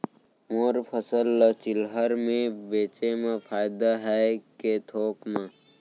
मोर फसल ल चिल्हर में बेचे म फायदा है के थोक म?